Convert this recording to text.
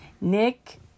Nick